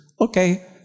Okay